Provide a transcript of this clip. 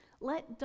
Let